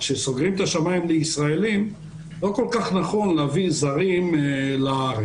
כשסוגרים את השמים לישראלים לא כל כך נכון להביא זרים לארץ.